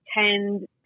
tend